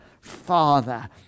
Father